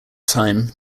time